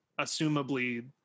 assumably